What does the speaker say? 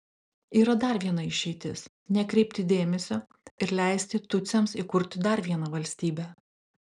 yra dar viena išeitis nekreipti dėmesio ir leisti tutsiams įkurti dar vieną valstybę